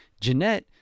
Jeanette